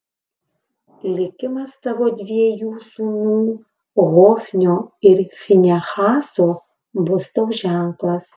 likimas tavo dviejų sūnų hofnio ir finehaso bus tau ženklas